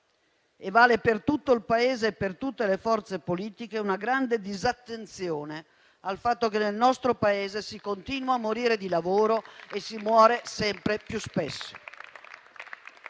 - vale per tutto il Paese e per tutte le forze politiche - una grande disattenzione al fatto che nel nostro Paese si continua a morire di lavoro e si muore sempre più spesso.